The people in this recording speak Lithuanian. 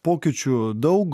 pokyčių daug